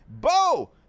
Bo